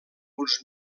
uns